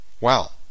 Wow